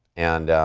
and